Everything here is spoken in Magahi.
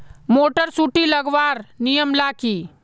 मोटर सुटी लगवार नियम ला की?